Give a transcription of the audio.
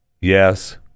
Yes